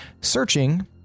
searching